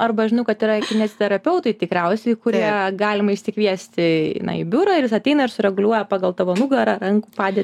arba žinau kad yra kineziterapeutai tikriausiai kurie galima išsikviesti eina į biurą ir jis ateina ir sureguliuoja pagal tavo nugarą rankų padėtį